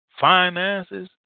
finances